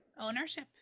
Ownership